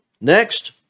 Next